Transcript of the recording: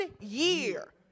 year